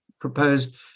proposed